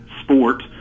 sport